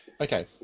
Okay